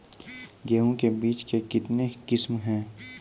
गेहूँ के बीज के कितने किसमें है?